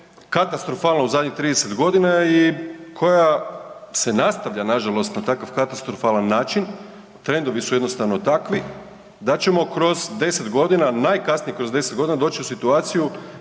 katastrofalna u zadnjih 30 godina i koja se nastavlja nažalost na takav katastrofalan način. Trendovi su jednostavno takvi da ćemo kroz 10 godina, najkasnije kroz 10 godina doći u situaciju